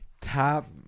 top